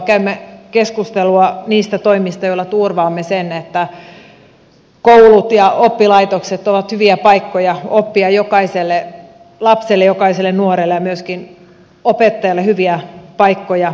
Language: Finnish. käymme keskustelua niistä toimista joilla turvaamme sen että koulut ja oppilaitokset ovat hyviä paikkoja oppia jokaiselle lapselle jokaiselle nuorelle ja myöskin opettajille hyviä paikkoja opettaa